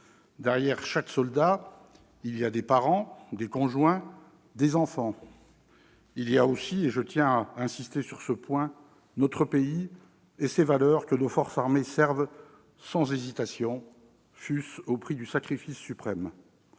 Derrière chaque soldat, il y a des parents, des conjoints, des enfants. Il y a aussi, et je tiens à insister sur ce point, notre pays et ses valeurs, que nos forces armées servent sans hésitation, fût-ce au prix du sacrifice suprême.